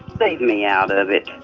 leave me out of it